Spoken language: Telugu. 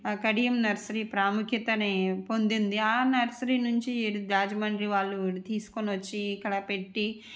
కడియం నర్సరీ ప్రాముఖ్యతని పొందింది ఆ నర్సరీ నుంచి రాజమండ్రి వాళ్లు తీసుకొని వచ్చి ఇక్కడ పెట్టి